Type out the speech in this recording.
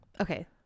okay